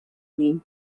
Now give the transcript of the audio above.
vint